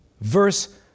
Verse